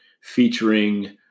featuring